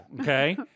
okay